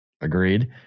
Agreed